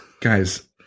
Guys